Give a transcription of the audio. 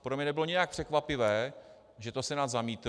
Pro mě nebylo nijak překvapivé, že to Senát zamítl.